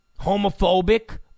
homophobic